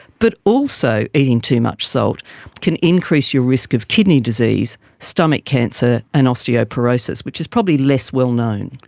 but also eating too much salt can increase your risk of kidney disease, stomach cancer and osteoporosis, which is probably less well known.